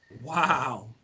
wow